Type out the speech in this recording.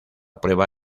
prueba